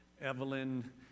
Evelyn